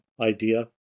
idea